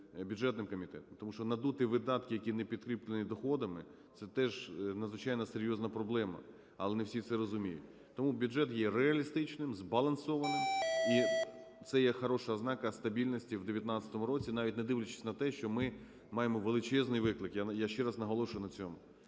бюджетним комітетом. Тому що "надуті" видатки, які не підкріплені доходами, це теж надзвичайно серйозна проблема, але не всі це розуміють. Тому бюджет є реалістичним, збалансованим, і це є гарна ознака стабільності в 2019 році, навіть не дивлячись на те, що ми маємо величезний виклик, я ще раз наголошую на цьому